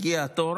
הגיע התור,